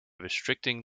restricting